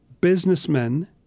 businessmen